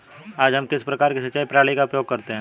आज हम किस प्रकार की सिंचाई प्रणाली का उपयोग करते हैं?